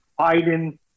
Biden